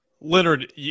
Leonard